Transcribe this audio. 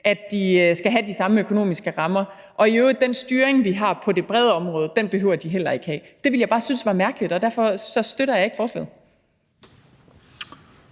at de skal have de samme økonomiske rammer og i øvrigt ikke behøver at have den styring, vi har på det brede område. Det ville jeg bare synes var mærkeligt, og derfor støtter jeg ikke forslaget.